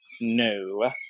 No